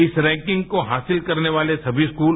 इस रैंकिंग को हासिल करने वाले सभी स्कूल